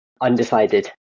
undecided